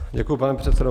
Děkuji, pane předsedo.